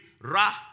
Ra